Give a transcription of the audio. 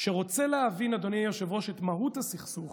שרוצה להבין, אדוני היושב-ראש, את מהות הסכסוך